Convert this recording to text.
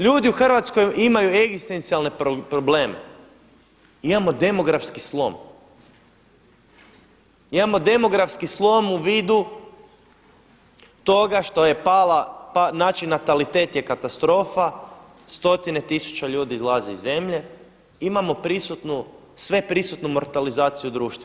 Ljudi u Hrvatskoj imaju egzistencijalne probleme, imamo demografski slom, imamo demografski slom u vidu toga što je pala, znači natalitet je katastrofa, stotine tisuća ljudi izlaze iz zemlje, imamo prisutnu, sveprisutnu mortalizaciju društva.